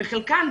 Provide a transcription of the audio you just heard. וחלקן,